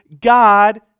God